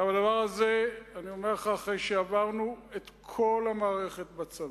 הדבר הזה, אחרי שעברנו את כל המערכת בצבא,